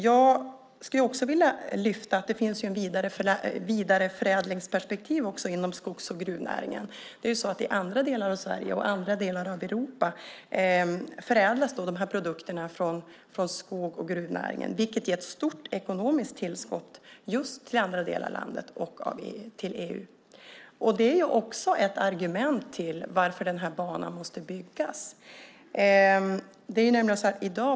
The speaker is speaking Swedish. Jag skulle också vilja lyfta fram att det finns ett vidareförädlingsperspektiv inom skogs och gruvnäringen. I andra delar av Sverige och i andra delar av Europa förädlas ju de här produkterna från skogs och gruvnäringen, vilket ger ett stort ekonomiskt tillskott till andra delar av landet och till EU. Det är också ett argument för att den här banan måste byggas.